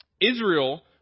Israel